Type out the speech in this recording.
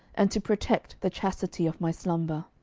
and to protect the chastity of my slumber.